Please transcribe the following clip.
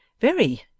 Very